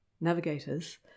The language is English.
navigators